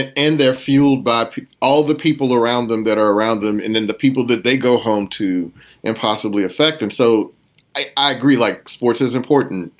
and and they're fueled by all the people around them that are around them and then the people that they go home to impossibly affect. and so i agree. like sports is important.